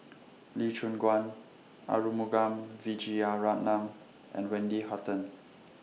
Lee Choon Guan Arumugam Vijiaratnam and Wendy Hutton